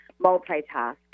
multitask